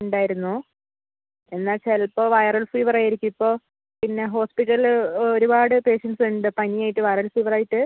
ഉണ്ടായിരുന്നു എന്നാ ചിലപ്പം വൈറൽ ഫീവർ ആയിരിക്കും ഇപ്പം പിന്നെ ഹോസ്പിറ്റലിൽ ഒരുപാട് പേഷ്യന്റ്സ് ഉണ്ട് പനിയായിട്ട് വൈറൽ ഫീവർ ആയിട്ട്